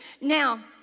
Now